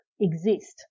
exist